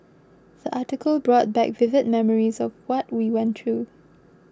the article brought back vivid memories of what we went through